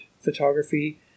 photography